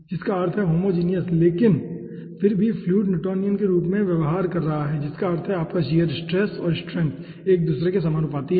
इसका अर्थ है होमोजीनियस लेकिन फिर भी फ्लूइड न्यूटोनियन के रूप में व्यवहार कर रहा है जिसका अर्थ है कि आपका शियर स्ट्रेस और स्ट्रेंथ एक दूसरे के समानुपाती है